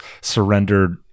surrendered